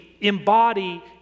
embody